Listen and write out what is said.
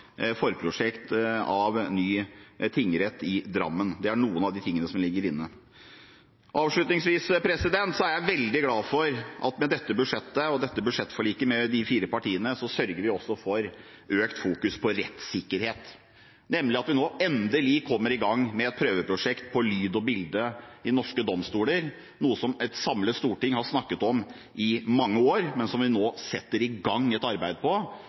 forprosjekt for ny tingrett i Drammen. Det er noe av det som ligger inne. Avslutningsvis: Jeg er veldig glad for at vi med dette budsjettet og budsjettforliket med de fire partiene sørger for økt fokusering på rettssikkerhet, nemlig at vi nå endelig kommer i gang med et prøveprosjekt for lyd og bilde i norske domstoler. Det er noe som et samlet storting har snakket om i mange år, og som vi nå setter i gang et arbeid med. Det er jeg utrolig stolt over, og dette vil være den største rettssikkerhetsreformen på